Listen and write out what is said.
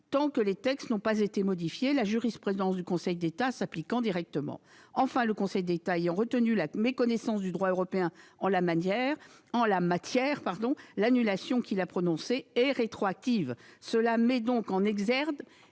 tant que les textes n'ont pas été modifiés, la jurisprudence du Conseil d'État s'applique directement. Enfin, le Conseil d'État ayant retenu la méconnaissance du droit européen en la matière, l'annulation qu'il a prononcée est rétroactive, ce qui met en exergue